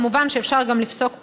כמובן שאפשר גם לפסוק פחות.